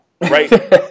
right